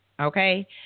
Okay